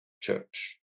church